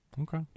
okay